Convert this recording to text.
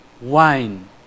wine